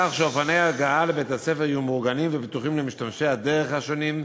כך שאופני ההגעה לבית-הספר יהיו מאורגנים ובטוחים למשתמשי הדרך השונים,